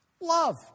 Love